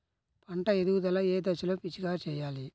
పంట ఎదుగుదల ఏ దశలో పిచికారీ చేయాలి?